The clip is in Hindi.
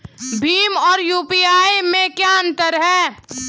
भीम और यू.पी.आई में क्या अंतर है?